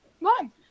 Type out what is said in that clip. mom